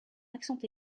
accent